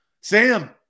Sam